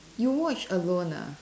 you watch alone lah